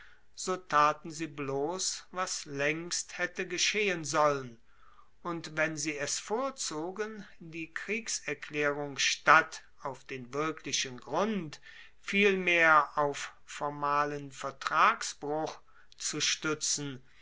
so taten sie bloss was laengst haette geschehen sollen und wenn sie es vorzogen die kriegserklaerung statt auf den wirklichen grund vielmehr auf formalen vertragsbruch zu stuetzen